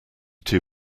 two